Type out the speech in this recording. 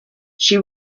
she